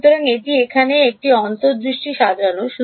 সুতরাং এটি এখানে একটি অন্তর্দৃষ্টি সাজানোর